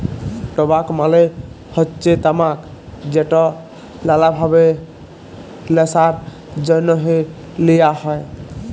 টবাক মালে হচ্যে তামাক যেট লালা ভাবে ল্যাশার জ্যনহে লিয়া হ্যয়